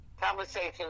Conversation